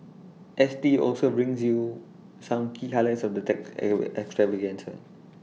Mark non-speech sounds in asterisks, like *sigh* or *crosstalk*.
S T also brings you some key highlights of the tech *unintelligible* extravaganza